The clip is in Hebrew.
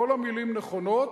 כל המלים נכונות,